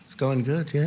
going good. i